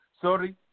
Sorry